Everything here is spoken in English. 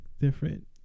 different